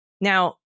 Now